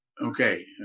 Okay